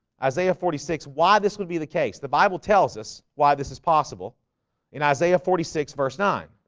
isaiah forty six why this would be the case the bible tells us why this is possible in isaiah forty six verse nine